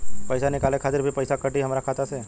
पईसा निकाले खातिर भी पईसा कटी हमरा खाता से?